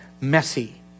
messy